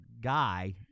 guy